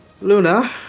Luna